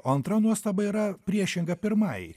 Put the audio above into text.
o antra nuostaba yra priešinga pirmajai